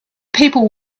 people